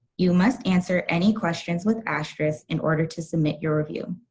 you must answer any questions with asterisks in order to submit your review.